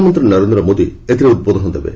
ପ୍ରଧାନମନ୍ତ୍ରୀ ନରେନ୍ଦ୍ର ମୋଦି ଏଥିରେ ଉଦ୍ବୋଧନ ଦେବେ